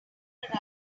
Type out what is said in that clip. karate